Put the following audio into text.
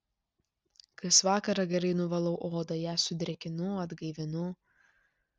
kas vakarą gerai nuvalau odą ją sudrėkinu atgaivinu